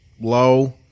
low